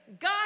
God